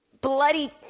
bloody